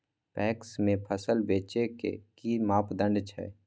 PACS में फसल बेचे के कि मापदंड छै?